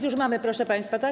Już mamy, proszę państwa, tak?